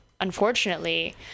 unfortunately